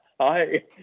Hi